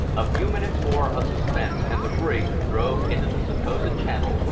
a few minutes more of suspense, and the brig drove into the supposed channel,